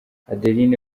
adeline